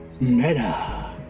Meta